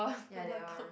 ya that one